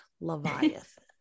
Leviathan